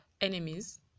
enemies